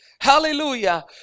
Hallelujah